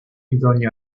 doña